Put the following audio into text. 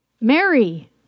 Mary